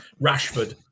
Rashford